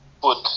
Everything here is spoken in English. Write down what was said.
put